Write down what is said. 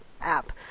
app